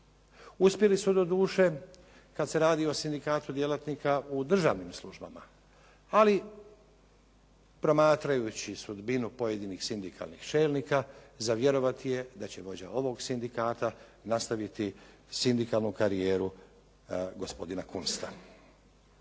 Uspjeli su doduše kad se radi o Sindikatu djelatnika u državnim službama, ali promatrajući sudbinu pojedinih sindikalnih čelnika za vjerovati je da će vođa ovog sindikata nastaviti sindikalnu karijeru gospodina Kunsta.